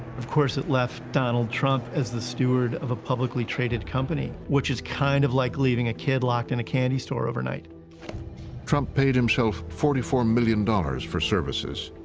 of course, it left donald trump as the steward of a publicly traded company, which is kind of like leaving a kid locked in a candy store overnight. narrator trump paid himself forty four million dollars for services,